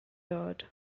dod